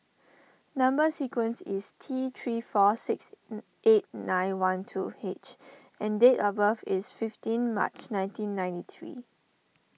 Number Sequence is T three four six N eight nine one two H and date of birth is fifteen March nineteen ninety three